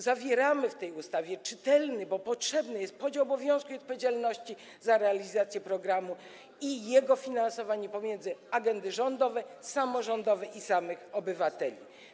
Zawieramy w tej ustawie czytelny podział - bo jest on potrzebny - obowiązków i odpowiedzialności za realizację programu i jego finansowanie pomiędzy agendy rządowe i samorządowe i samych obywateli.